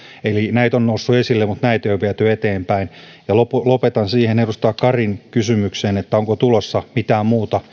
eli näitä on noussut esille mutta näitä ei ole viety eteenpäin lopetan edustaja karin kysymykseen siitä onko tulossa mitään muuta